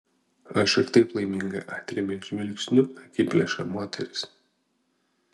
aš ir taip laiminga atrėmė žvilgsniu akiplėšą moteris